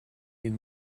need